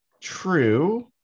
true